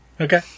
Okay